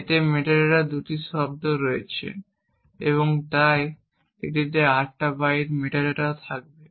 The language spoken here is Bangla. এবং এতে মেটাডেটার দুটি শব্দ রয়েছে এবং তাই এটিতে 8 বাইট মেটাডেটাও থাকবে